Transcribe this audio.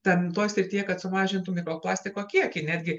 ten toj srityje kad sumažintų mikroplastiko kiekį netgi